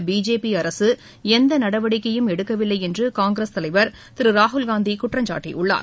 உள்ளபிஜேபிஅரசுளந்தநடவடிக்கையும் எடுக்கவில்லைஎன்றுகாங்கிரஸ் தலைவர் திருராகுல்காந்திகுற்றச்சாட்டியுள்ளார்